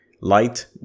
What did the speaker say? light